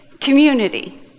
community